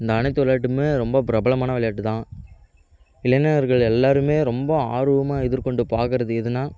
இந்த அனைத்து விளையாட்டுமே ரொம்ப பிரபலமான விளையாட்டுதான் இளைஞர்கள் எல்லோருமே ரொம்ப ஆர்வமாக எதிர்கொண்டு பார்க்குறது எதுனால்